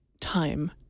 time